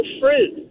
fruit